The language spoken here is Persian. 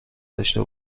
داشته